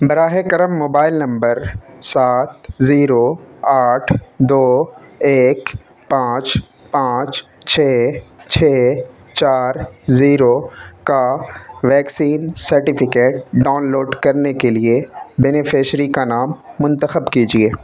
براہ کرم mobile number سات زیرو آٹھ دو ایک پانچ پانچ چھ چھ چار زیرو کا ویکسین سرٹیفکیٹ ڈاؤنلوڈ کرنے کے لیے بینیفیشری کا نام منتخب کیجیے